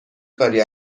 کاری